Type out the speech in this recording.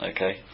Okay